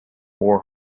war